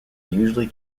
usually